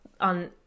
on